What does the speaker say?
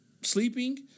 sleeping